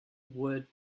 would